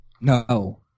no